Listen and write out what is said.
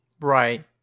right